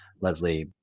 Leslie